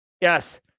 Yes